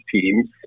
teams